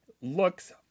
looks